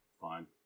Fine